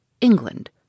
England